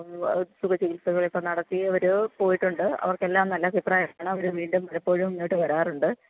സുഖ ചികിത്സകളിപ്പം നടത്തിയവർ പോയിട്ടുണ്ട് അവർക്കെല്ലാം നല്ലഭിപ്രായമാണ് അവർ വീണ്ടും പലപ്പോഴും ഇങ്ങോട്ടു വരാറുണ്ട്